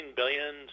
billion